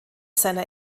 seiner